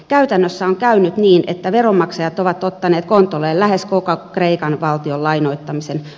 käytännössä on käynyt niin että veronmaksajat ovat ottaneet kontolleen lähes koko kreikan valtion lainoittamisen